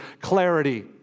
clarity